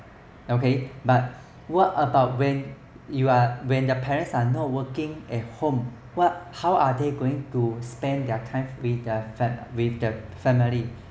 okay but what about when you are when their parents are not working at home what how are they going to spend their time with their fam~ with their families